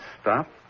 stop